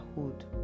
hood